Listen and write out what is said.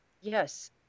Yes